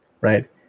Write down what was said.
right